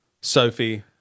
Sophie